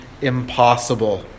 impossible